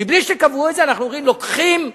מבלי שקבעו את זה, אנחנו אומרים: לוקחים מהילד,